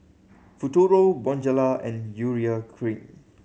Futuro Bonjela and Urea Cream